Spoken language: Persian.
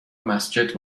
مسجد